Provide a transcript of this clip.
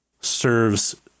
serves